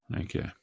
Okay